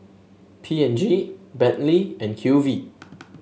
P and G Bentley and Q V